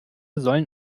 sollen